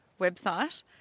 website